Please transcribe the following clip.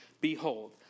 Behold